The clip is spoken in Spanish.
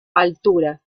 altura